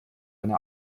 eine